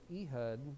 Ehud